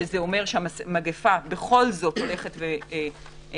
שזה אומר שהמגפה בכל זאת הולכת ומתקטנת,